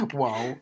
Wow